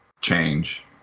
change